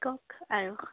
কওক আৰু